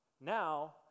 now